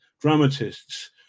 dramatists